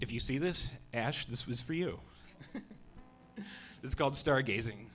if you see this ash this was for you it's called star gazing